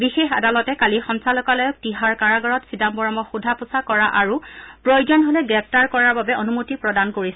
বিশেষ আদালতে কালি সঞ্চালকালয়ক তিহাৰ কাৰাগাৰত চিদাম্বৰমক সোধা পোচা কৰা আৰু প্ৰয়োজন হলে গ্ৰেপ্তাৰ কৰাৰ বাবে অনুমতি প্ৰদান কৰিছিল